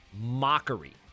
mockery